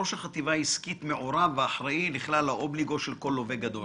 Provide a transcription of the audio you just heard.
ראש החטיבה העסקית מעורב ואחראי לכלל האובליגו של כל לווה גדול.